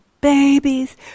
babies